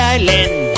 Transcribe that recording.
Island